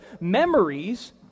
memories